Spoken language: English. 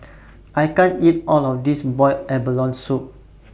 I can't eat All of This boiled abalone Soup